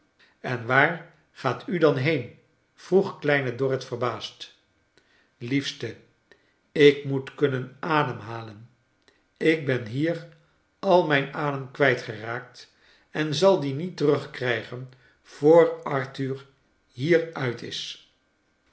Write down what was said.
en waar gaat u dan heen vroeg kleine dorrit verbaasd liefste ik moet kunnen ademhalen ik ben hier al mijn adem kwijt geraakt en zal dien niet terugkrijgen voor arthur hier uit is